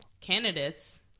candidates